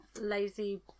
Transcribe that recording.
lazy